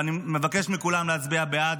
ואני מבקש מכולם להצביע בעד.